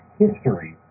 history